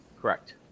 correct